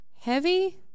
heavy